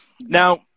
now